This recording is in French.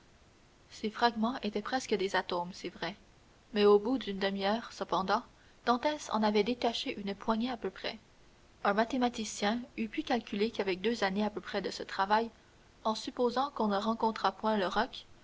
ces fragments étaient presque des atomes c'est vrai mais au bout d'une demi-heure cependant dantès en avait détaché une poignée à peu près un mathématicien eût pu calculer qu'avec deux années à peu près de ce travail en supposant qu'on ne rencontrât point le roc